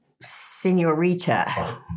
senorita